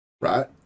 right